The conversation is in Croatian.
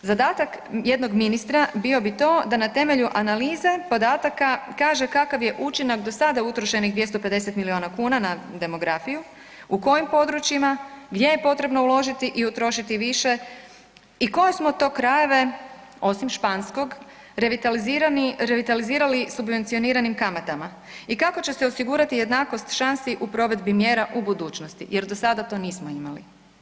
Zadatak jednog ministra bio bi to da na temelju analize podataka kaže kakav je učinak do sada utrošenih 250 milijuna kuna na demografiju, u kojim područjima, gdje je potrebno uložiti i utrošiti više i koje smo to krajeve osim Španskog revitalizirali subvencioniranim kamatama i kako će se osigurati jednakost šansi u provedbi mjera u budućnosti jer do sada to nismo imali.